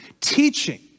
teaching